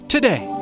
Today